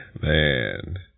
man